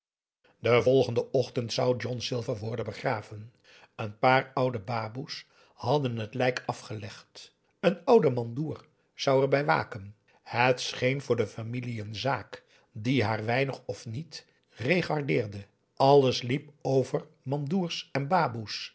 den volgenden ochtend zou john silver worden begraven een paar oude baboes hadden het lijk afgelegd een oude mandoer zou er bij waken het scheen voor de familie een zaak die haar weinig of niet regardeerde alles liep over mandoers en baboes